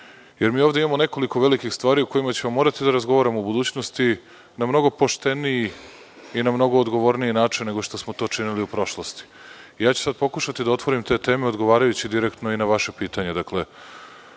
jer mi ovde imamo nekoliko velikih stvari o kojima ćemo morati da razgovaramo u budućnosti, na mnogo pošteniji i na mnogo odgovorniji način, nego što smo to činili u prošlosti. Pokušaću sada da otvorim te teme odgovarajući direktno i na vaše pitanje.